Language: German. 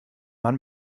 mann